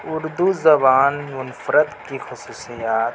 اردو زبان منفرد کی خصوصیات